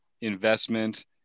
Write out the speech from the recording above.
investment